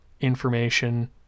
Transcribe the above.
information